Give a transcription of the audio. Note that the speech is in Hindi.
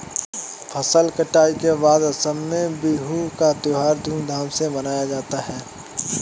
फसल कटाई के बाद असम में बिहू का त्योहार धूमधाम से मनाया जाता है